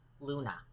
Luna